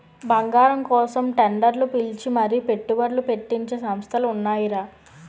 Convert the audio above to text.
బంగారం కోసం టెండర్లు పిలిచి మరీ పెట్టుబడ్లు పెట్టించే సంస్థలు ఉన్నాయిరా